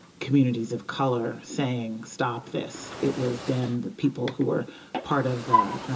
communities of color saying, stop this. it was then the people who were part of the